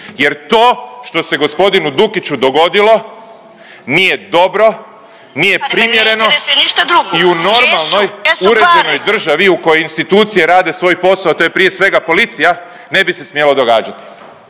Jer to što se gospodinu Dukiću dogodilo nije dobro, nije primjereno i u normalnoj uređenoj državi u kojoj institucije rade svoj posao, a to je prije svega policija ne bi se smjelo događati